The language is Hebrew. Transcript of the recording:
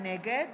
נגד